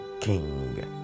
king